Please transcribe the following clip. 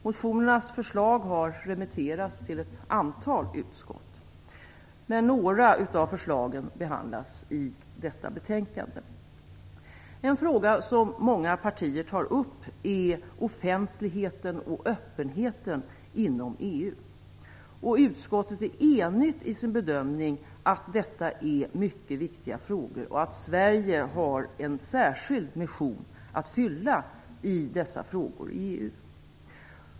Motionernas förslag har remitterats till ett antal utskott. Några av förslagen behandlas i detta betänkande. En fråga som många partier tar upp är offentligheten och öppenheten inom EU. Utskottet är enigt i sin bedömning att detta är mycket viktiga frågor och att Sverige har en särskild mission att fylla i dessa frågor i EU.